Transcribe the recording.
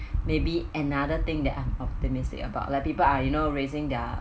maybe another thing that I'm optimistic about like people ah you know raising their